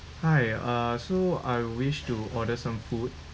hi uh so I wish to order some food